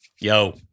Yo